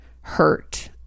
hurt